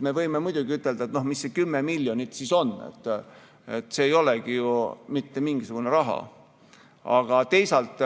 Me võime muidugi ütelda, et noh, mis see 10 miljonit siis on. See ei olegi ju mitte mingisugune raha, aga teisalt